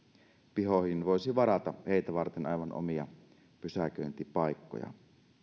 pihoihin voisi varata heitä varten aivan omia pysäköintipaikkoja